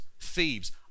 thieves